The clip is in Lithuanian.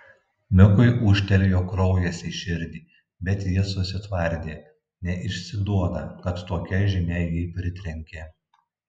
mikui ūžtelėjo kraujas į širdį bet jis susitvardė neišsiduoda kad tokia žinia jį pritrenkė